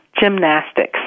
gymnastics